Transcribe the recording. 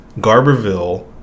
Garberville